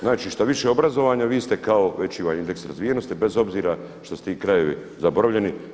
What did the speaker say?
Znači što više obrazovanja vi ste kao veći vam je indeks razvijenosti bez obzira što su ti krajevi zaboravljeni.